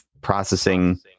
processing